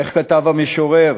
איך כתב המשורר?